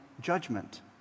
judgment